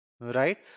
right